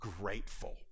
grateful